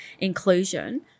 inclusion